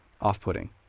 off-putting